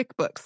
QuickBooks